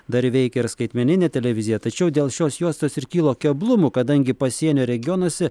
dar veikia ir skaitmeninė televizija tačiau dėl šios juostos ir kilo keblumų kadangi pasienio regionuose